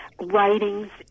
writings